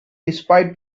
despite